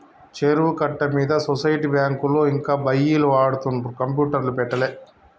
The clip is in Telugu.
చెరువు కట్ట మీద సొసైటీ బ్యాంకులో ఇంకా ఒయ్యిలు వాడుతుండ్రు కంప్యూటర్లు పెట్టలే